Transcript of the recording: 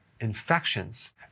infections